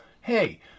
Hey